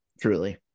truly